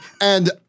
and-